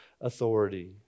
authority